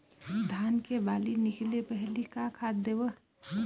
धान के बाली निकले पहली का खाद देबो?